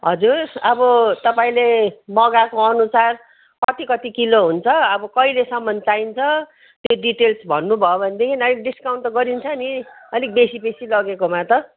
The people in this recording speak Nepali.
हजुर अब तपाईँले मगाएको अनुसार कति कति किलो हुन्छ अब कहिलेसम्म चाहिन्छ त्यो डिटेल्स भन्नु भयो भनेदेखि अलिक डिस्काउन्ट त गरिन्छ नि अलिक बेसी बेसी लगेकोमा त